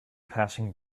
passing